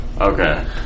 Okay